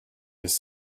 with